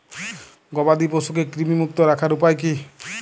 গবাদি পশুকে কৃমিমুক্ত রাখার উপায় কী?